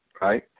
right